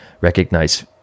recognize